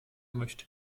möchte